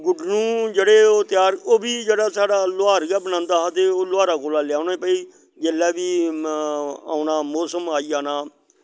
गुड्डनु जेह्ड़े ओह् त्यार ओह्बी जेह्ड़ा साढ़ा लुहार गै बनांदा हा ते ओह् लुहारा कोला लेओने भाई जेल्लै बी ओना मौसम आई जाना